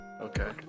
okay